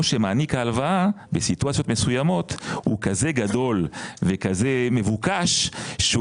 או שמעניק ההלוואה בסיטואציות מסוימות הוא כזה גדול וכזה מבוקש שהוא